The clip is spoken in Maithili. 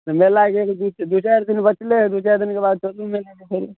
मेला जे है दू चारि दिन बचले हय दू चारि दिनके बाद चलु मेला देखैलै